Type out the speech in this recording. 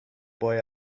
boy